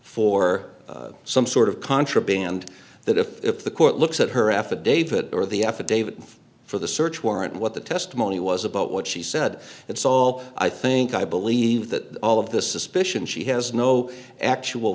for some sort of contraband that if the court looks at her affidavit or the affidavit for the search warrant what the testimony was about what she said it's all i think i believe that all of the suspicion she has no actual